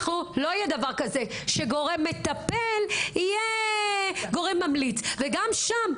לא יהיה דבר כזה שגורם מטפל יהיה גורם ממליץ וגם שם,